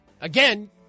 Again